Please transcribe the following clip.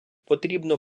потрібно